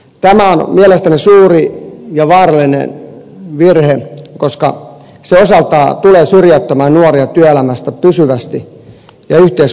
tämä on mielestäni suuri ja vaarallinen virhe koska se osaltaan tulee syrjäyttämään nuoria työelämästä pysyvästi ja yhteiskunnasta ylipäätänsä